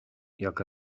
jak